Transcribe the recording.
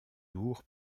lourd